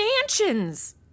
mansions